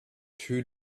two